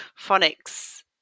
phonics